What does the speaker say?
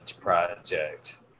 project